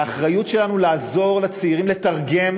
האחריות שלנו היא לעזור לצעירים לתרגם